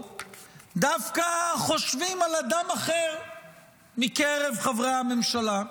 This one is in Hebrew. דווקא חושבים על אדם אחר מקרב חברי הממשלה,